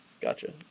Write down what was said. Gotcha